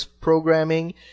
programming